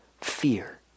fear